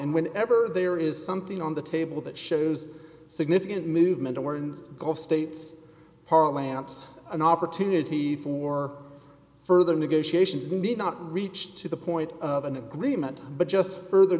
and when ever there is something on the table that shows significant movement towards gulf states are lantz an opportunity for further negotiations need not reach to the point of an agreement but just further